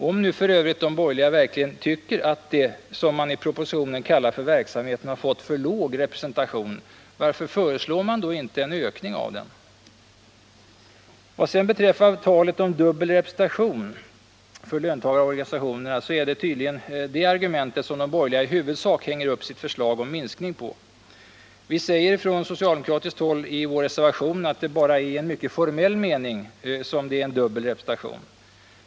Om nu f. ö. de borgerliga verkligen tycker att det man i propositionen kallar ”verksamheten” fått för låg representation, varför föreslår man då inte en ökning av den? Vad sedan beträffar talet om dubbel representation för löntagarorganisationerna, är det tydligen detta argument som de borgerliga i huvudsak hänger upp sitt förslag om minskning på. Vi säger från socialdemokratiskt håll i vår reservation att det bara är i en mycket formell mening som det är en dubbel representation.